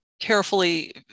carefully